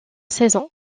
saison